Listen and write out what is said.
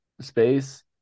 space